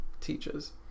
teaches